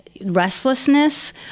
restlessness